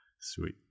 Sweet